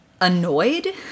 annoyed